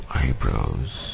eyebrows